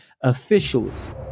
officials